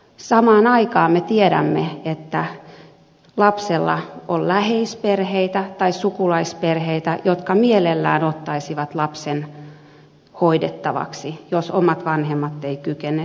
samaan aikaan me tiedämme että lapsella on läheisperheitä tai sukulaisperheitä jotka mielellään ottaisivat lapsen hoidettavaksi jos omat vanhemmat eivät siihen kykene